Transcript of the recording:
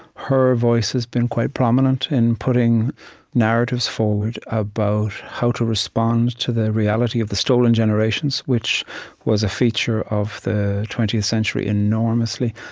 her voice has been quite prominent in putting narratives forward about how to respond to the reality of the stolen generations, which was a feature of the twentieth century, enormously,